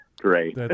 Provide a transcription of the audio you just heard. Great